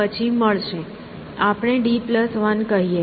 આપણે d 1 કહીએ